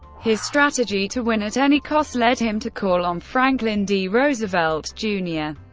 his strategy to win at any cost led him to call on franklin d. roosevelt jr.